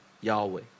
Yahweh